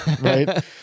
right